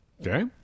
Okay